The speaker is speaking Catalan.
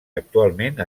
actualment